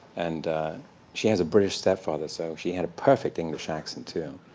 and she has a british stepfather, so she had a perfect english accent, too.